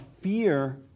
fear